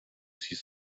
six